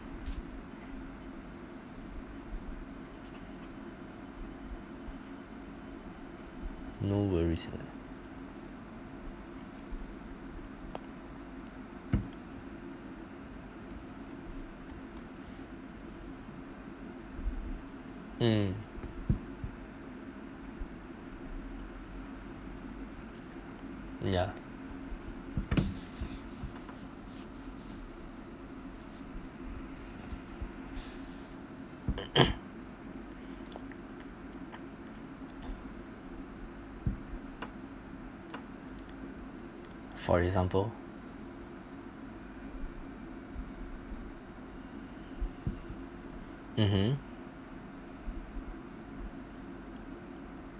no worries ah mm ya for example mmhmm